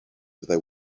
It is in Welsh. fyddai